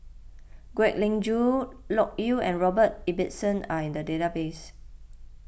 Kwek Leng Joo Loke Yew and Robert Ibbetson are in the database